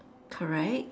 correct